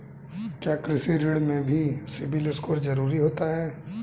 क्या कृषि ऋण में भी सिबिल स्कोर जरूरी होता है?